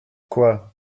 quoi